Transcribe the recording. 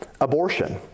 abortion